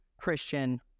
Christian